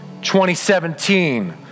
2017